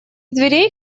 дверей